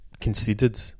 conceded